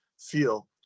feel